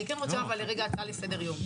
יש לי הצעה לסדר יום.